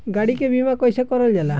गाड़ी के बीमा कईसे करल जाला?